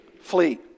flee